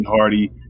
Hardy